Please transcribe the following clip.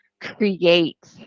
create